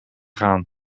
gaan